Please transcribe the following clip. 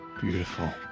beautiful